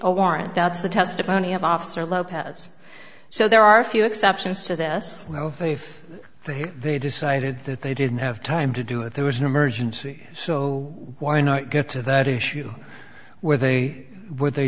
a warrant that's the testimony of officer lopez so there are a few exceptions to this if for him they decided that they didn't have time to do it there was an emergency so why not get to that issue where they were they